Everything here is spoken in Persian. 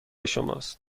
شماست